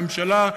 הממשלה,